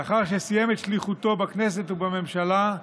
לאחר שסיים את שליחותו בכנסת ובממשלה,